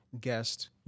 guest